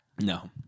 No